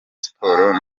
sports